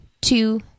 two